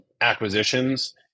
acquisitions